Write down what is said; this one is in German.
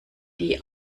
die